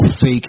fake